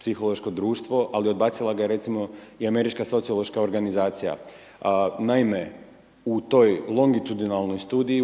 psihološko društvo ali odbacila ga je recimo i Američka sociološka organizacija. Naime, u toj longitudinalnoj studiji